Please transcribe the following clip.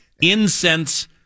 incense